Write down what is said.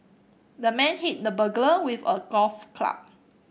the man hit the burglar with a golf club